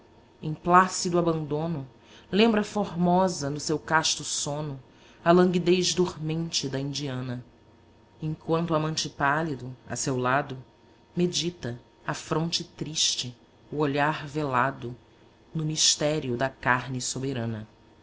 flácido abandono lembra formosa no seu casto sono a languidez dormente da indiana enquanto o amante pálido a seu lado medita a fronte triste o olhar velado no mistério da carne soberana